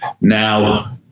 Now